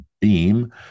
Beam